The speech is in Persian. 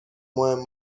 مهم